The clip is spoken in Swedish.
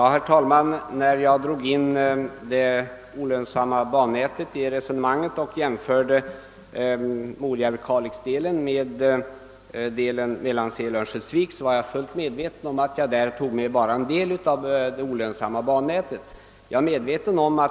Herr talman! När jag drog in frågan om det olönsamma bannätet i resonemanget och jämförde sträckan Morjärv —Kalix med sträckan Mellansel Örnsköldsvik var jag fullt medveten om att jämförelsen endast gällde en del av det olönsamma bannätet.